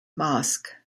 mosque